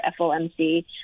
FOMC